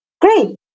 Great